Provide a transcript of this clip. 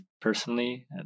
personally